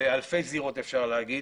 באלפי זירות, אפשר להגיד,